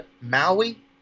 Maui